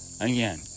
again